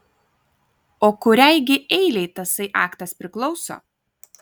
o kuriai gi eilei tasai aktas priklauso